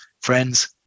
Friends